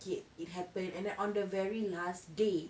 it happened and then on the very last day